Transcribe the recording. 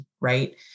right